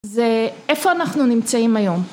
אז איפה אנחנו נמצאים היום